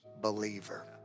believer